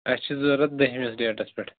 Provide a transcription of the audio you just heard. اسہِ چھِ ضروٗرت دٔہمِس ڈیٚٹس پیٚٹھ